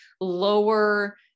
lower